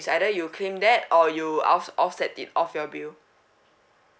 is either you claim that or you outs offset it off your bill